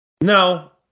No